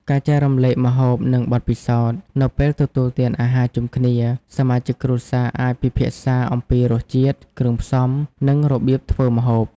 ការចែករំលែកម្ហូប និងបទពិសោធន៍៖ នៅពេលទទួលទានអាហារជុំគ្នា សមាជិកគ្រួសារអាចពិភាក្សាអំពីរសជាតិ គ្រឿងផ្សំ និងរបៀបធ្វើម្ហូប។